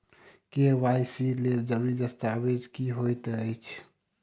KYC लेल जरूरी दस्तावेज की होइत अछि?